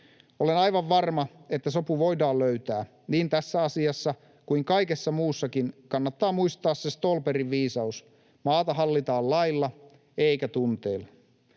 Olen aivan varma, että sopu voidaan löytää. Niin tässä asiassa kuin kaikessa muussakin kannattaa muistaa se Ståhlbergin viisaus: maata hallitaan lailla eikä tunteilla.